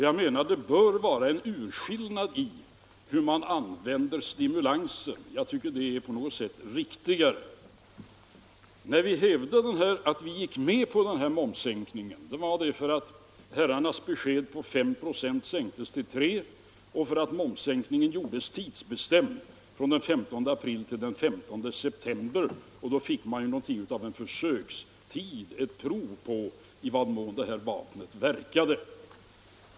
Jag anser att det bör vara en skillnad därvidlag när man använder stimulanser. Jag tycker att det vore riktigare. När vi gick med på momssänkningen var det därför att herrarnas bud på 5 96 sänktes till 3 och därför att sänkningen gjordes tidsbestämd från den 15 april till den 15 september. På det sättet fick man ju under en försöksperiod ett prov på i vad mån det här vapnet verkade.